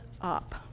up